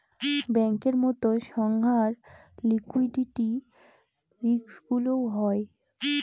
ব্যাঙ্কের মতো সংস্থার লিকুইডিটি রিস্কগুলোও হয়